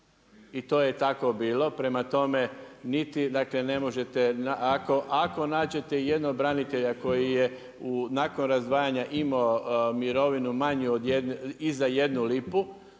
I to je tako bilo, prema tome, ako nađete ijednog branitelja koji je nakon razdvajanja imao mirovinu manje i za jednu lipu,